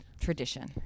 tradition